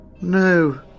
No